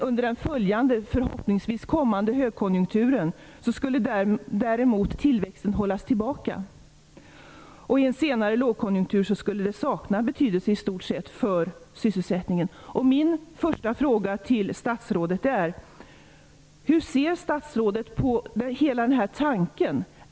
Under följande högkonjunktur, som förhoppningsvis kommer, skulle tillväxten däremot hållas tillbaka. I en senare lågkonjunktur skulle den i stort sett sakna betydelse för sysselsättningen. Jag undrar alltså vad statsrådet anser om den här tanken.